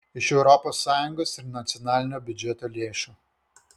iš europos sąjungos ir nacionalinio biudžeto lėšų